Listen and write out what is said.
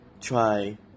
try